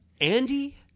Andy